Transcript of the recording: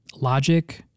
Logic